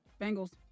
Bengals